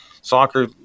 soccer